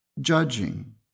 judging